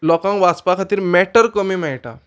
लोकांक वाचपा खातीर मॅटर कमी मेळटा